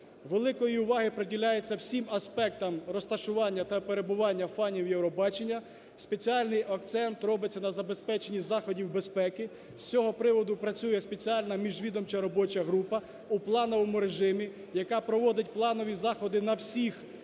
Великої уваги приділяється всім аспектам розташування та перебування фанів Євробачення, спеціальний акцент робиться на забезпеченні заходів безпеки, з цього приводу працює спеціальна міжвідомча робоча група у плановому режимі, яка проводить планові заходи на всіх